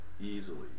Easily